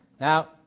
Now